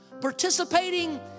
participating